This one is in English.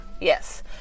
Yes